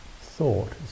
thought